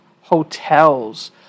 hotels